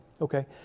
okay